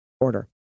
order